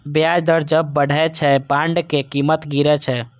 ब्याज दर जब बढ़ै छै, बांडक कीमत गिरै छै